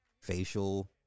facial